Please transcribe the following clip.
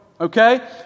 okay